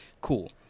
Cool